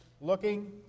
looking